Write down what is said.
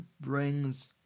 brings